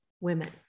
women